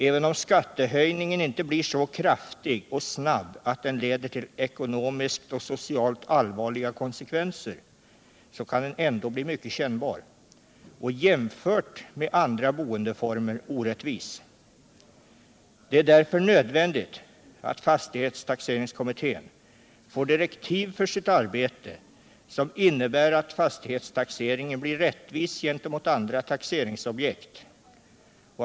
Även om skattehöjningen inte blir så kraftig och snabb att den leder till ekonomiskt och socialt allvarliga konsekvenser, så kan den ändå bli mycket kännbar — och jämfört med andra boendeformer orättvis. Det är därför nödvändigt att fastighetstaxeringskommittén får direktiv för sitt arbete som innebär att fastighetstaxeringen blir rättvis gentemot andra taxeringsobjekt.